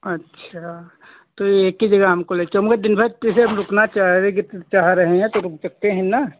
अच्छा तो एक ही जगह हमको ले चलो हमको दिन भर जैसे हम रुकना चाह रहे कि चाह रहे हैं तो रुक सकते हैं ना